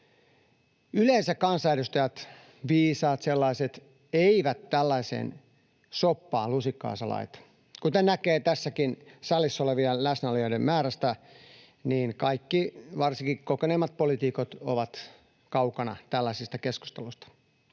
Yleensä kansanedustajat, viisaat sellaiset, eivät tällaiseen soppaan lusikkaansa laita. Kuten näkee tässäkin salissa olevien läsnäolijoiden määrästä, niin kaikki varsinkin kokeneemmat poliitikot ovat kaukana tällaisesta keskustelusta.